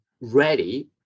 ready